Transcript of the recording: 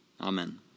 Amen